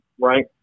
right